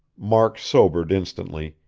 mark sobered instantly,